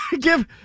give